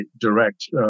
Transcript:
direct